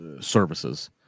services